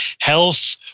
health